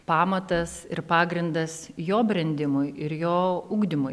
pamatas ir pagrindas jo brendimui ir jo ugdymui